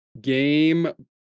game